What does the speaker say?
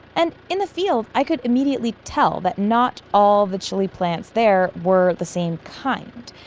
and in the field, i could immediately tell that not all the chili plants there were the same kind.